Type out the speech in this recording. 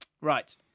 Right